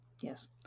yes